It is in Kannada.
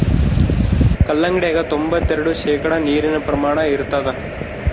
ಕಲ್ಲಂಗಡ್ಯಾಗ ತೊಂಬತ್ತೆರೆಡು ಶೇಕಡಾ ನೀರಿನ ಪ್ರಮಾಣ ಇರತಾದ